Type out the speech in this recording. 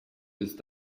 ist